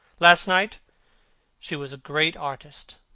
last night she was a great artist.